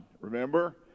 remember